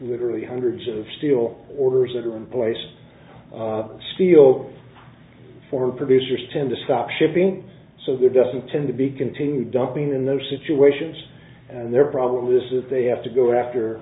literally hundreds of steel orders that are in place steel for producers tend to stop shipping so there doesn't tend to be continued dumping in those situations and their problem is that they have to go